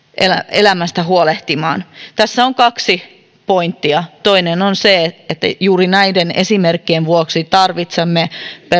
elämästä huolehtimaan tässä on kaksi pointtia toinen on se että juuri näiden esimerkkien vuoksi tarvitsemme